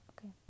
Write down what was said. Okay